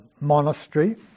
monastery